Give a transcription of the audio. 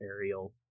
aerial